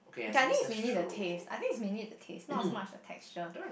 kay I think it's mainly the taste I think it's mainly the taste not so much of texture